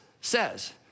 says